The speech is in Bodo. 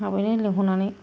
थाबैनो लिंहरनानै